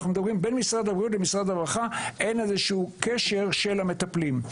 אין איזשהו קשר בין משרד הבריאות למשרד הרווחה לגבי המטפלים.